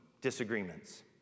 disagreements